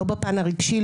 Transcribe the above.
לא בפן הרגשי,